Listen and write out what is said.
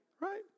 Right